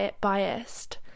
biased